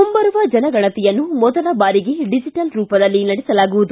ಮುಂಬರುವ ಜನಗಣತಿಯನ್ನು ಮೊದಲ ಬಾರಿಗೆ ಡಿಜೆಟಲ್ ರೂಪದಲ್ಲಿ ನಡೆಸಲಾಗುವುದು